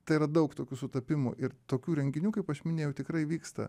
tai yra daug tokių sutapimų ir tokių renginių kaip aš minėjau tikrai vyksta